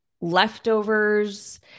leftovers